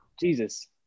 Jesus